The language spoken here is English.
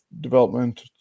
development